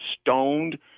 stoned